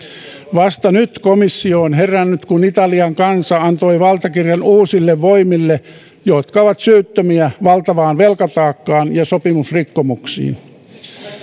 vasta nyt komissio on herännyt kun italian kansa antoi valtakirjan uusille voimille jotka ovat syyttömiä valtavaan velkataakkaan ja sopimusrikkomuksiin